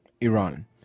Iran